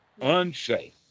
unsafe